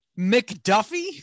McDuffie